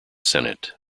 senate